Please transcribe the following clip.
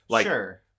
Sure